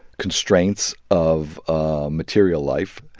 constraints of ah material life,